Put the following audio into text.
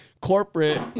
corporate